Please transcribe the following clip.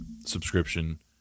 subscription